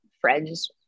friends